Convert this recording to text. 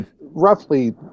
roughly